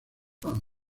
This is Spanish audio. juan